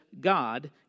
God